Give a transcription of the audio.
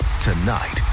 Tonight